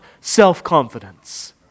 self-confidence